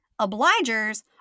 Obligers